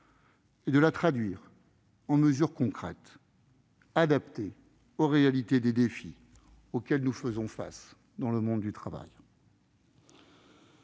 et de la traduire en mesures concrètes, adaptées aux réalités des défis auxquels nous faisons face dans le monde du travail.